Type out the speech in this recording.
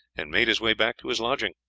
and made his way back to his lodging.